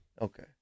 Okay